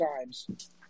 times